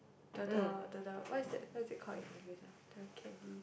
the the the the what is that what is it called in English ah the candy